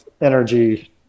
energy